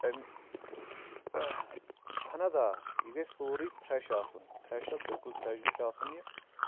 اَمہِ اَہن حظ آ یہِ گژھِ سورُے فرٛٮ۪ش آسُن فرٛٮ۪ش حظ بِلکُل فرٛٮ۪ش گَژھِ آسُن یہِ